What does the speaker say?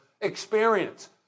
experience